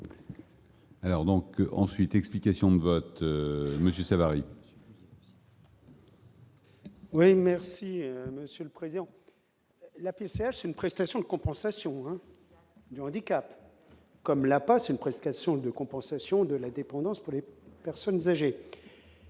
Alors donc, ensuite, explications de vote Monsieur Savary. Oui, merci Monsieur le Président, la PCH une prestation de compensation du handicap, comme la pas se presse, question de compensation de l'indépendance polypes, personnes âgées